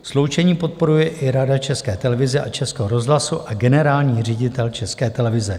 Sloučení podporuje i Rada České televize a Českého rozhlasu a generální ředitel České televize.